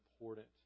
important